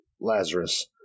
Lazarus